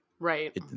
Right